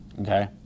Okay